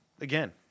again